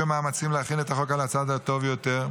מאמצים להכין את החוק על הצד הטוב ביותר,